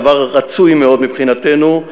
דבר רצוי מאוד מבחינתנו,